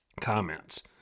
comments